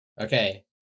Okay